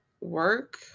work